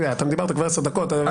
אתה דיברת כבר 10 דקות.